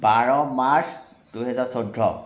বাৰ March দুহেজাৰ চৈধ্য